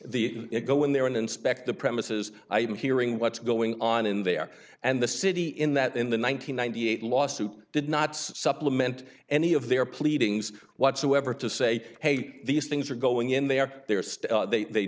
the it go in there and inspect the premises i am hearing what's going on in there and the city in that in the one nine hundred ninety eight lawsuit did not supplement any of their pleadings whatsoever to say hey these things are going in they are there still they